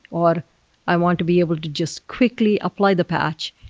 or i want to be able to just quickly apply the patch,